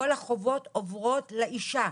כל החובות עוברות לאישה.